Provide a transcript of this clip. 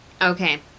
Okay